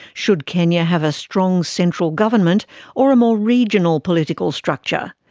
should kenya have a strong central government or a more regional political structure?